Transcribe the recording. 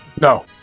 No